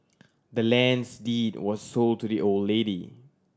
the land's deed was sold to the old lady